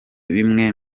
bimwe